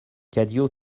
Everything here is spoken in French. cadio